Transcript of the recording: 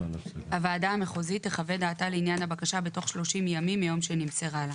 הוועדה המחוזית תחווה דעתה לעניין הבקשה בתוך 30 ימים מיום שנמסרה לה,